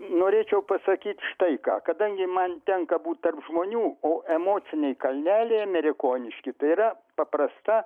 norėčiau pasakyti štai ką kadangi man tenka būt tarp žmonių o emociniai kalneliai amerikoniški tai yra paprasta